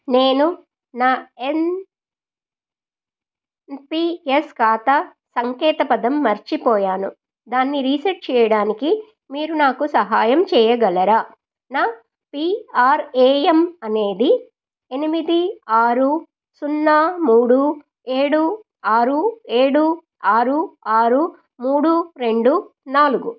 నేను నా N P S ఖాతా సంకేతపదం మర్చిపోయాను దాన్ని రీసెట్ చేయడానికి మీరు నాకు సహాయం చేయగలరా నా పీ ఆర్ ఏ ఎం అనేది ఎనిమిది ఆరు సున్నా మూడు ఏడు ఆరు ఏడు ఆరు ఆరు మూడు రెండు నాలుగు